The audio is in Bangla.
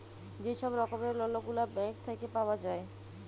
যে ছব রকমের লল গুলা ব্যাংক থ্যাইকে পাউয়া যায়